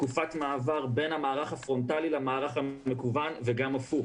תקופת מעבר בין המערך הפרונטלי למערך המקוון וגם הפוך,